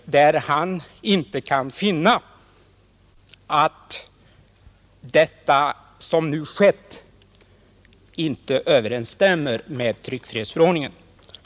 Han sade då att han inte kunde finna att det som nu skett inte skulle överensstämma med tryckfrihetsförordningen.